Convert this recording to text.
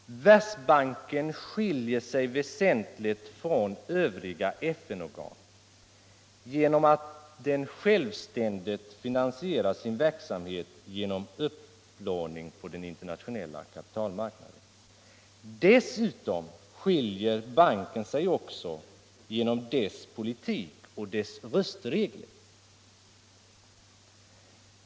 Världsbanken skiljer sig väsentligt från övriga FN-organ eftersom den självständigt finansierar sin verksamhet genom upplåning på den internationella kapitalmarknaden. Dessutom skiljer sig banken från övriga FN-organ genom sin politik och sina röstregler.